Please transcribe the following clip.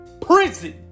prison